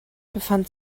befand